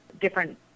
Different